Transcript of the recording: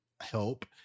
help